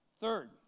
third